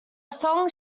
song